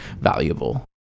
valuable